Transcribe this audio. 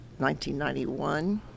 1991